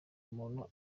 umuntu